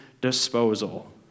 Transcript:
disposal